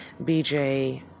BJ